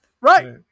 Right